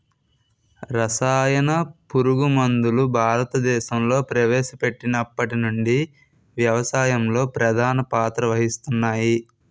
రసాయన పురుగుమందులు భారతదేశంలో ప్రవేశపెట్టినప్పటి నుండి వ్యవసాయంలో ప్రధాన పాత్ర వహిస్తున్నాయి